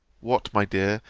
what, my dear,